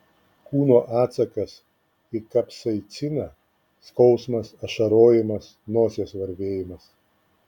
kūno atsakas į kapsaiciną skausmas ašarojimas nosies varvėjimas